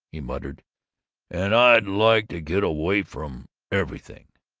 he muttered and, i'd like to get away from everything.